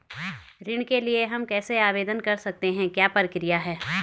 ऋण के लिए हम कैसे आवेदन कर सकते हैं क्या प्रक्रिया है?